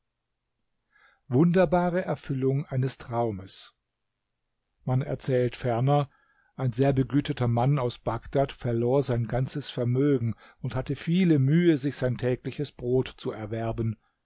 wunderbare erfüllung eines traumes man erzählt ferner ein sehr begüterter mann aus bagdad verlor sein ganzes vermögen und hatte viele mühe sich sein tägliches brot zu erwerben